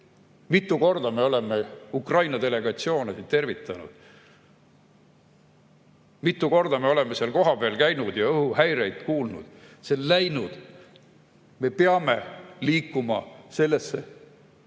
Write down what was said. Mitu korda me oleme Ukraina delegatsioone siin tervitanud? Mitu korda me oleme seal kohapeal käinud ja õhuhäireid kuulnud? See on läinud! Me peame liikuma sellesse